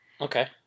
Okay